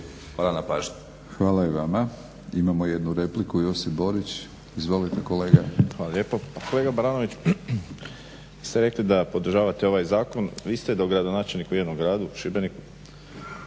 Milorad (HNS)** Hvala i vama. Imamo jednu repliku Josip Borić. Izvolite kolega. **Borić, Josip (HDZ)** Hvala lijepo. Kolega Baranović, vi ste rekli da podržavate ovaj zakon. vi ste dogradonačelnik u jednom gradu u Šibeniku,